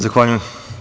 Zahvaljujem.